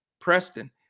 Preston